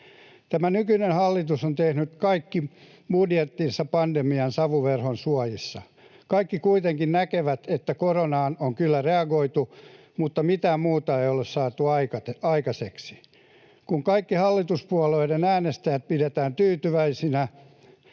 Tämä nykyinen hallitus on tehnyt kaikki budjettinsa pandemian savuverhon suojissa. Kaikki kuitenkin näkevät, että koronaan on kyllä reagoitu mutta mitään muuta ei ole saatu aikaiseksi. Kun kaikki hallituspuolueiden äänestäjät pidetään tyytyväisinä,